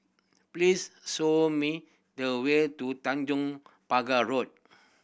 please show me the way to Tanjong Pagar Road